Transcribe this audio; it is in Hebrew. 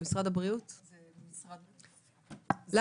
משרד הבריאות?